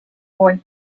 boy